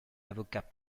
avocat